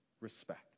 respect